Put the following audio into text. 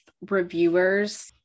reviewers